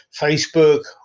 Facebook